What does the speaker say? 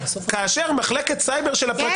כאשר מחלקת סייבר של הפרקליטות,